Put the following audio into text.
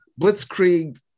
blitzkrieg